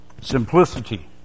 Simplicity